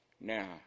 now